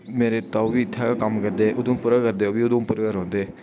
मेरे ताऊ बी इत्थै गै कम्म करदे उधमपुर गै करदे उधमपुर गै रौंह्दे